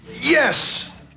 Yes